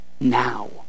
now